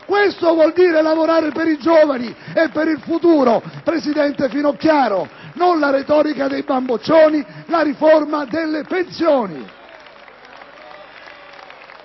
Questo vuol dire lavorare per i giovani e per il futuro, presidente Finocchiaro. Non la retorica dei bamboccioni. La riforma delle pensioni.